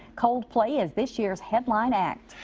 coldplay is this year's headline act.